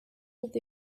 with